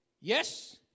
Yes